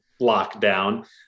lockdown